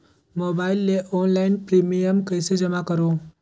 Mobile ले online premium कइसे जमा करों?